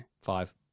Five